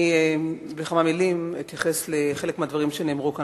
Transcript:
אני אתייחס בכמה מלים לחלק מהדברים שנאמרו כאן.